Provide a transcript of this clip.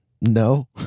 No